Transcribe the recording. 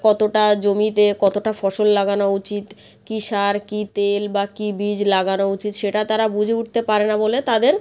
কতটা জমিতে কতটা ফসল লাগানো উচিত কী সার কী তেল বা কী বীজ লাগানো উচিত সেটা তারা বুঝে উঠতে পারে না বলে তাদের